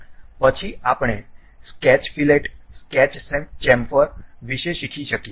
પછી આપણે sketch fillet sketch chamfer વિશે શીખી શકીએ